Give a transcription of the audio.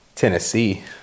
Tennessee